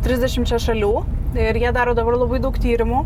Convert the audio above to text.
trisdešimčia šalių ir jie daro dabar labai daug tyrimu